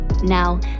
Now